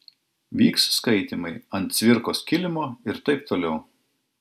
vyks skaitymai ant cvirkos kilimo ir taip toliau